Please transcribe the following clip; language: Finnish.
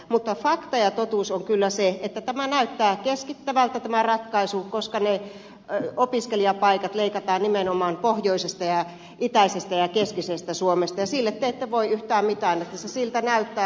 mutta fakta ja totuus on kyllä se että tämä ratkaisu näyttää keskittävältä koska ne opiskelijapaikat leikataan nimenomaan pohjoisesta ja itäisestä ja keskisestä suomesta ja sille te ette voi yhtään mitään että se siltä näyttää